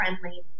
friendly